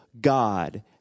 God